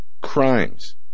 crimes